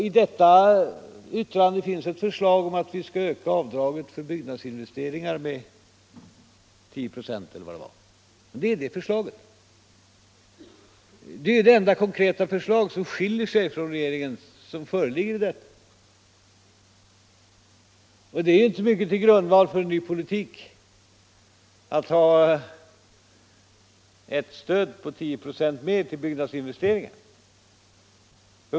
I detta betänkande finns ett förslag om att införa avdrag för byggnadsinvesteringar med 10 2, eller vad det var. Det är det enda konkreta förslag som föreligger i detta betänkande och som skiljer sig från regeringens. Det är inte mycket som grundval för en ny regeringspolitik.